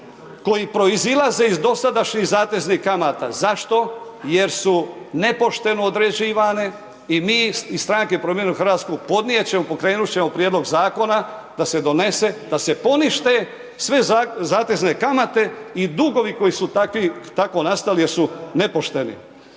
koji proizilaze iz dosadašnjih zateznih kamata. Zašto? Jer su nepošteno određivane i mi iz stranke Promijenimo Hrvatsku podnijeti ćemo, pokrenuti ćemo prijedlog zakona da se donese, da se ponište sve zatezne kamate i dugovi koji su tako nastali jer su nepošteni.